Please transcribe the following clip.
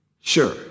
sure